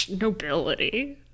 nobility